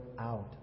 out